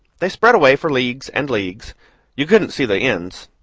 they spread away for leagues and leagues you couldn't see the ends.